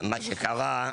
מה שקרה,